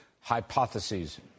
hypotheses